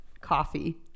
coffee